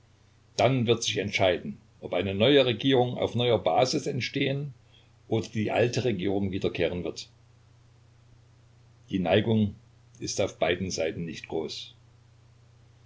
dann wird sich entscheiden ob eine neue regierung auf neuer basis entstehen oder die alte regierung wiederkehren wird die neigung ist auf beiden seiten nicht groß